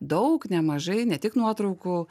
daug nemažai ne tik nuotraukų